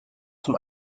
zum